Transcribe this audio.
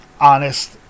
honest